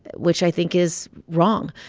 which i think is wrong.